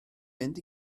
mynd